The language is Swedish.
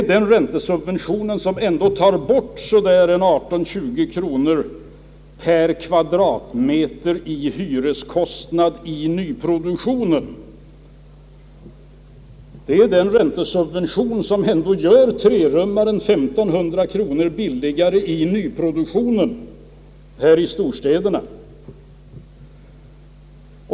Den räntesubventionen innebär att hyreskostnaderna minskar med cirka 18—20 kronor per kvadratmeter när det gäller nyproduktionen. Den räntesubventionen gör en trerumslägenhet 1500 kronor billigare per år när det gäller nyproduktionen i storstäderna.